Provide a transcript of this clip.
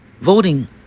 voting